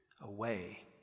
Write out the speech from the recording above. away